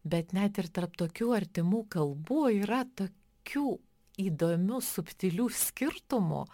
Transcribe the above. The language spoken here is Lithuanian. bet net ir tarp tokių artimų kalbų yra tokių įdomių subtilių skirtumų